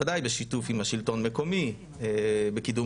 בוודאי בשיתוף עם השלטון המקומי בקידום